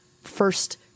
first